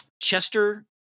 Chester